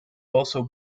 also